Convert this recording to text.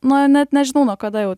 nu net nežinau nuo kada jau